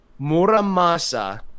Muramasa